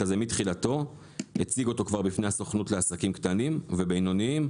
הזה מתחילתו הציג אותו כבר בפני הסוכנות לעסקים קטנים ובינוניים,